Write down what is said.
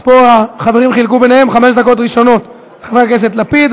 פה החברים חילקו ביניהם: חמש דקות ראשונות חבר הכנסת לפיד,